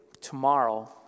tomorrow